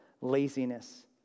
laziness